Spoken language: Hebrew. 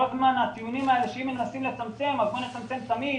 כל הטיעונים האלה שאם מנסים לצמצם אז בואו נצמצם תמיד,